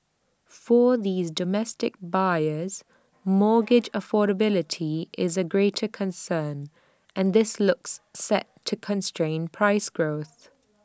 for these domestic buyers mortgage affordability is A greater concern and this looks set to constrain price growth